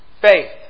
Faith